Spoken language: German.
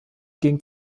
ging